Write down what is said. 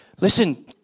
Listen